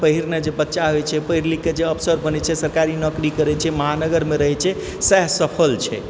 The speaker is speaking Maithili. पहिरने जऽ बच्चा होइ छै पढ़िलिखके जे अफसर बनैत छै सरकारी नौकरी करैत छै महानगरमे रहैत छै सएह सफल छै